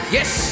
Yes